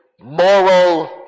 moral